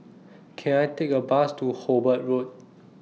Can I Take A Bus to Hobart Road